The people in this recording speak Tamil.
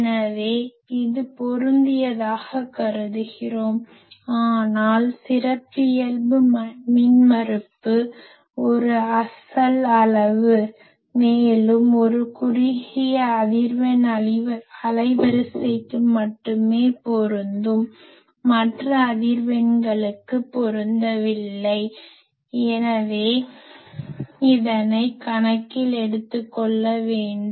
எனவே இது பொருந்தியதாக கருதுகிறோம் ஆனால் சிறப்பியல்பு மின்மறுப்பு ஒரு அசல் அளவு மேலும் ஒரு குறுகிய அதிர்வெண் அலைவரிசைக்கு மட்டுமே பொருந்தும் மற்ற அதிர்வெண்களுக்கு பொருந்தவில்லை எனவே இதனை கணக்கில் எடுத்துக்கொள்ள வேண்டும்